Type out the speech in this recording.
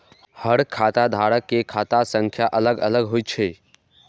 हर खाता धारक के खाता संख्या अलग अलग होइ छै